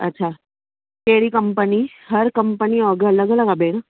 अच्छा कहिड़ी कंपनी हर कंपनी जो अघु अलॻि अलॻि आहे भेण